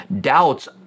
Doubts